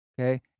Okay